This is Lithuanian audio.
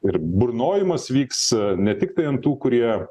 ir burnojimas vyks ne tiktai ant tų kurie